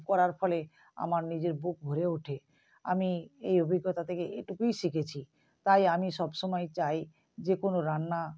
করার ফলে আমার নিজের বুক ভরে ওঠে আমি এই অভিজ্ঞতা থেকে এটুকুই শিখেছি তাই আমি সবসময় চাই যে কোনো রান্না